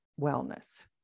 wellness